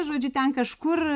žodžiu ten kažkur